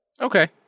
Okay